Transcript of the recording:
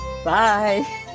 Bye